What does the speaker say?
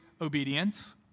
obedience